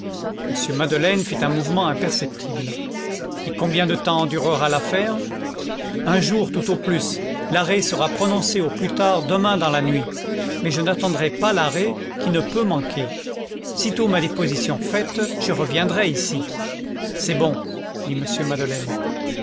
m madeleine fit un mouvement imperceptible et combien de temps durera l'affaire un jour tout au plus l'arrêt sera prononcé au plus tard demain dans la nuit mais je n'attendrai pas l'arrêt qui ne peut manquer sitôt ma déposition faite je reviendrai ici c'est bon dit m madeleine